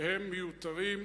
שהם מיותרים.